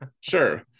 sure